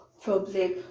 problem